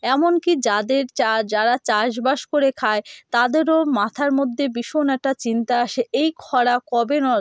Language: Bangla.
এমনকি যাদের যা যারা চাষবাস করে খায় তাদেরও মাথার মধ্যে ভীষণ একটা চিন্তা আসে এই খরা কবে যাবে